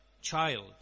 child